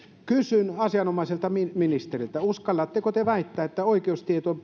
kysyn asianomaiselta ministeriltä uskallatteko te väittää että oikeustieteen